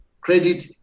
credit